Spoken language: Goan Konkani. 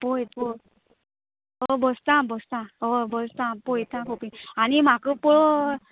पळय पळय हय बसतां बसतां हय बसतां पळयता खोपीन आमी म्हाका पळय